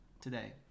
today